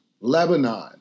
Lebanon